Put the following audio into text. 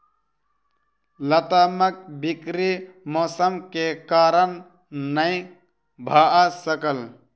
लतामक बिक्री मौसम के कारण नै भअ सकल